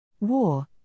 War